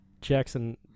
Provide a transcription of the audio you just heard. Jackson